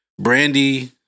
Brandy